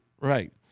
Right